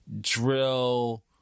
drill